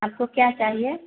आपको क्या चाहिए